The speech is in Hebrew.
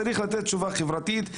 צריך לתת תשובה חברתית,